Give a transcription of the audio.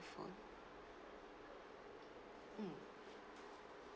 phone mm